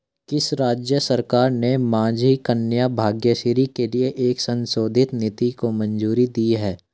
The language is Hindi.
किस राज्य सरकार ने माझी कन्या भाग्यश्री के लिए एक संशोधित नीति को मंजूरी दी है?